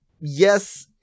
Yes